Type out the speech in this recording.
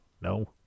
No